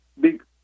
big